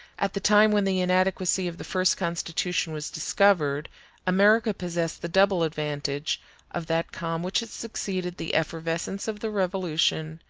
at the time when the inadequacy of the first constitution was discovered america possessed the double advantage of that calm which had succeeded the effervescence of the revolution,